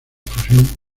fusión